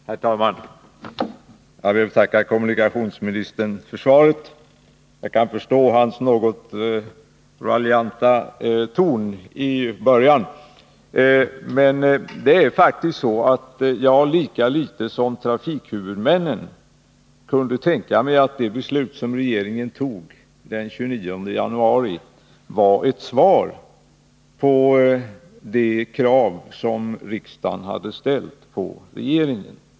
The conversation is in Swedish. Herr talman! Jag vill tacka kommunikationsministern för svaret. Jag kan förstå hans något raljanta ton i början. Men jag kunde faktiskt inte —lika litet som trafikhuvudmännen — tro att det beslut som regeringen fattade den 29 januari var ett svar på det krav som riksdagen hade ställt på regeringen.